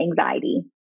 anxiety